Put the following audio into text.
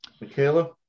Michaela